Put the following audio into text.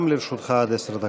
גם לרשותך עד עשר דקות.